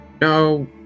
no